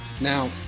Now